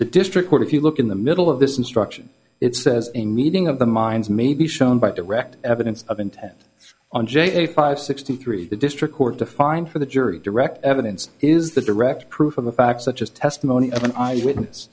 the district court if you look in the middle of this instruction it says a meeting of the minds may be shown by direct evidence of intent on j five sixty three the district court defined for the jury direct evidence is the direct proof of the facts such as testimony of an eyewitness